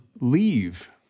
leave